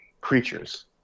creatures